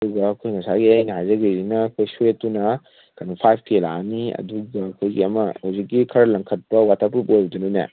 ꯑꯗꯨꯒ ꯑꯩꯈꯣꯏ ꯉꯁꯥꯏꯒꯤ ꯑꯩꯅ ꯍꯥꯏꯖꯈ꯭ꯔꯤꯁꯤꯅ ꯑꯩꯈꯣꯏ ꯁ꯭ꯋꯦꯠꯇꯨꯅ ꯀꯩꯅꯣ ꯐꯥꯏꯚ ꯀꯦ ꯂꯥꯛꯑꯅꯤ ꯑꯗꯨꯒ ꯑꯩꯈꯣꯏꯒꯤ ꯑꯃ ꯍꯧꯖꯤꯛꯀꯤ ꯈꯔ ꯂꯪꯈꯠꯄ ꯋꯥꯇꯔ ꯄ꯭ꯔꯨꯞ ꯑꯗꯨꯅꯅꯦ